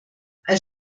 als